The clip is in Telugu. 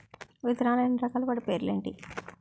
విత్తనాలు ఎన్ని రకాలు, వాటి పేర్లు ఏంటి?